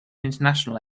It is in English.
international